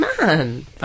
man